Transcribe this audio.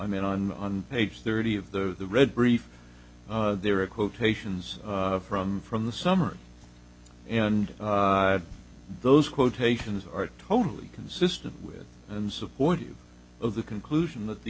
mean on on page thirty of the the red brief there are quotations from from the summary and those quotations are totally consistent with and supportive of the conclusion that the